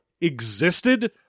existed